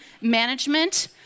management